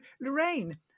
Lorraine